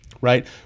right